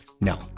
No